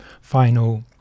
final